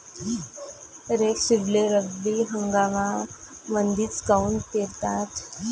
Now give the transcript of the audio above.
रेपसीडले रब्बी हंगामामंदीच काऊन पेरतात?